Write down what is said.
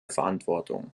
verantwortung